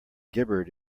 gibbered